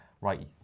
right